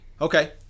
Okay